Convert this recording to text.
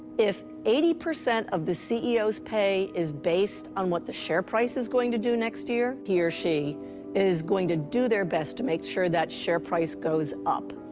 if eighty percent of the ceo's pay is based on what the share price is going to do next year, he or she is going to do their best to make sure that share price goes up.